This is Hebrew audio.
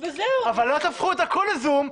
אבל אל תהפכו את הכול ל-זום.